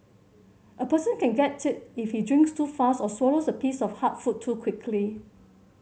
a person can get it if he drinks too fast or swallows a piece of hard food too quickly